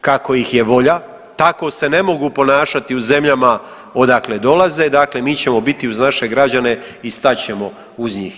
kako ih je volja, tako se ne mogu ponašati u zemljama odakle dolaze, dakle mi ćemo biti uz naše građane i stat ćemo uz njih.